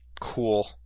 Cool